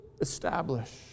establish